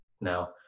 Now